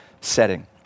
setting